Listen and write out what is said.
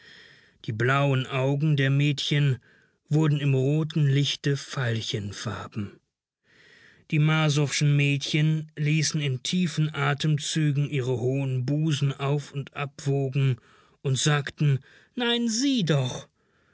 die blauen augen der mädchen wurden im roten lichte veilchenfarben die marsowschen mädchen ließen in tiefen atemzügen ihre hohen busen auf und abwogen und sagten nein sieh doch